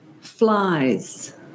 flies